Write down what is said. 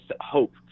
hope